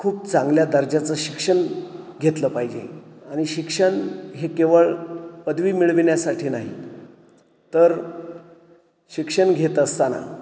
खूप चांगल्या दर्जाचं शिक्षण घेतलं पाहिजे आणि शिक्षण हे केवळ पदवी मिळविण्यासाठी नाही तर शिक्षण घेत असताना